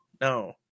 no